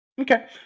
Okay